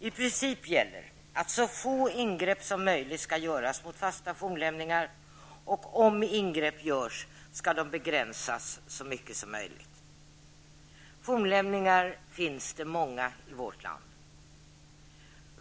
I princip gäller att så få ingrepp som möjligt skall göras mot fasta fornlämningar, och om ingrepp görs skall de begränsas så mycket som möjligt. Fornlämningar finns det många i vårt land.